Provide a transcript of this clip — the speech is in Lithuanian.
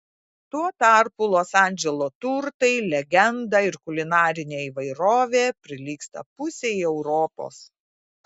tuo tarpu los andželo turtai legenda ir kulinarinė įvairovė prilygsta pusei europos